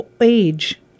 age